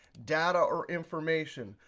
data or information,